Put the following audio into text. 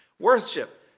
Worship